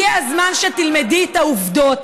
הגיע הזמן שתלמדי את העובדות.